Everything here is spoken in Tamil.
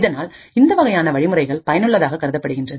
இதனால் இந்த வகையான வழிமுறைகள் பயனுள்ளதாக கருதப்படுகிறது